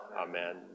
Amen